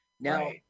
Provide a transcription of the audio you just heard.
Now